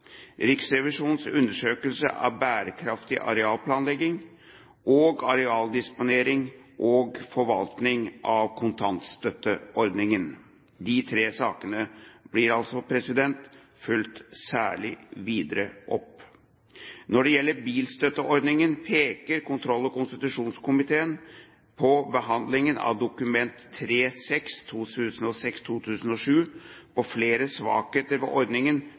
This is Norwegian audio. Riksrevisjonens undersøkelse av bærekraftig arealplanlegging og arealdisponering og forvaltningen av kontantstøtteordningen. De tre sakene blir altså fulgt videre opp. Når det gjelder bilstønadsordningen, pekte kontroll- og konstitusjonskomiteen ved behandlingen av Dokument nr. 3:6 for 2006–2007 på flere svakheter ved ordningen